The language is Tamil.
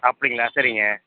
அப்படிங்களா சரிங்க